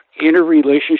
interrelationship